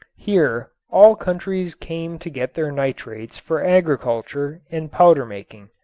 here all countries came to get their nitrates for agriculture and powder making.